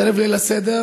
ערב ליל הסדר.